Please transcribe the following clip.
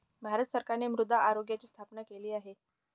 भारत सरकारने मृदा आरोग्याची स्थापना केली आहे